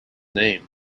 name